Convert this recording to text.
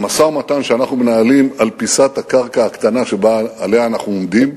במשא-ומתן שאנחנו מנהלים על פיסת הקרקע שעליה אנחנו עומדים,